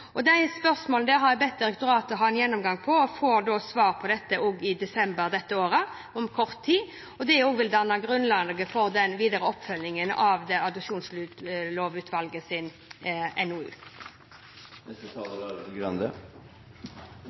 og får svar på det i desember i år, om kort tid, og det også vil danne grunnlaget for den videre oppfølgingen av Adopsjonslovutvalgets NOU.